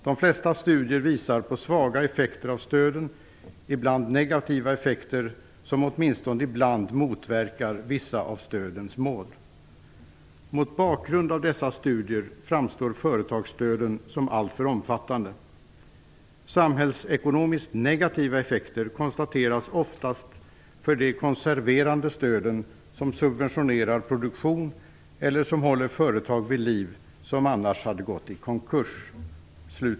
De flesta studier visar på svaga effekter av stöden, ibland negativa effekter som åtminstone ibland motverkar vissa av stödens mål. Mot bakgrund av dessa studier framstår företagsstöden som alltför omfattande. Samhällsekonomiskt negativa effekter konstateras oftast för de konserverande stöden som subventionerar produktion eller som håller företag vid liv som annars hade gått i konkurs."